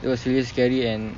it was really scary and